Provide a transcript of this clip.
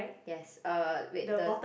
yes uh wait the